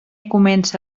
comença